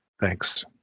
thanks